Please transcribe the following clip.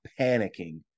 panicking